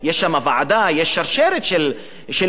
יש שרשרת של מקבלי החלטות,